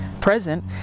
present